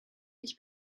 ich